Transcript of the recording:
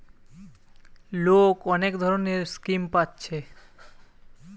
লোক অনেক ধরণের স্কিম পাচ্ছে